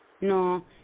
No